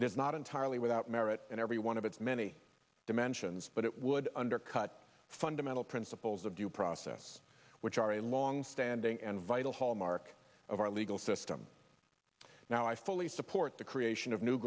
amendment it is not entirely without merit in every one of its many dimensions but it would undercut fundamental principles of due process which are a longstanding and vital hallmark of our legal system now i fully support the creation of new